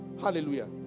Hallelujah